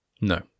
No